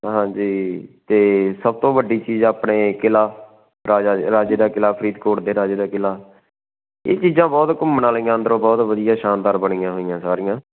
ਹਾਂਜੀ ਅਤੇ ਸਭ ਤੋਂ ਵੱਡੀ ਚੀਜ਼ ਆਪਣੇ ਕਿਲ੍ਹਾ ਰਾਜਾ ਰਾਜੇ ਦਾ ਕਿਲ੍ਹਾ ਫਰੀਦਕੋਟ ਦੇ ਰਾਜੇ ਦਾ ਕਿਲ੍ਹਾ ਇਹ ਚੀਜ਼ਾਂ ਬਹੁਤ ਘੁੰਮਣ ਵਾਲੀਆਂ ਅੰਦਰੋਂ ਬਹੁਤ ਵਧੀਆ ਸ਼ਾਨਦਾਰ ਬਣੀਆਂ ਹੋਈਆਂ ਸਾਰੀਆਂ